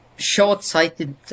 short-sighted